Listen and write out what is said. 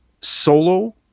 Solo